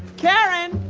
karen,